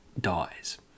dies